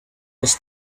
was